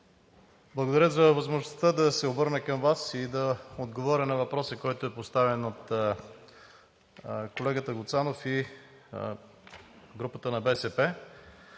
Благодаря за възможността да се обърна към Вас и да отговоря на въпроса, който е поставен от колегата Гуцанов и групата на БСП.